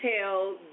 tell